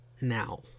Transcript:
now